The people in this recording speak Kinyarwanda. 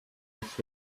rights